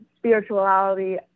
spirituality